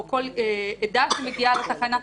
או כל עדה שמגיעה לתחנה,